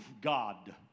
God